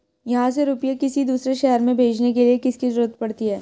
यहाँ से रुपये किसी दूसरे शहर में भेजने के लिए किसकी जरूरत पड़ती है?